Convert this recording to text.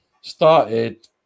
started